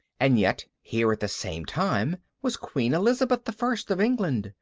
and yet here at the same time was queen elizabeth the first of england,